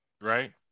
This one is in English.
Right